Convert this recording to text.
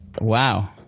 wow